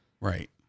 Right